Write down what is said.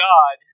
God